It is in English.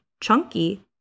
Chunky